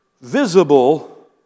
visible